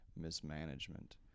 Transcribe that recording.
mismanagement